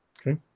Okay